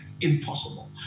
Impossible